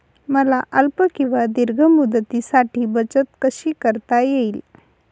मला अल्प किंवा दीर्घ मुदतीसाठी बचत कशी करता येईल?